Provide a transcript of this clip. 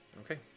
Okay